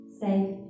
safe